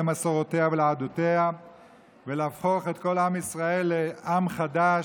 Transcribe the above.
למסורותיה ולעדותיה ולהפוך את כל עם ישראל לעם חדש,